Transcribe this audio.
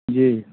जी